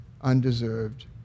undeserved